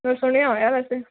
ਮੈਂ ਸੁਣਿਆ ਹੋਇਆ ਵੈਸੇ